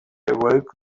awoke